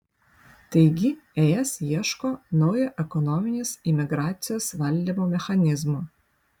taigi es ieško naujo ekonominės imigracijos valdymo mechanizmo